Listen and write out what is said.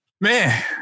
Man